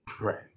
right